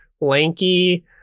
lanky